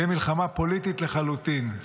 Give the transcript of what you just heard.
זאת מלחמה פוליטית לחלוטין,